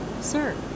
sir